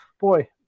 boy